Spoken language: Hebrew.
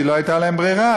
כי לא הייתה להם ברירה.